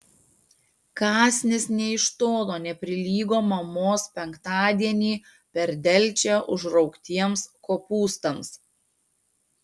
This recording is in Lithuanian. kąsnis nė iš tolo neprilygo mamos penktadienį per delčią užraugtiems kopūstams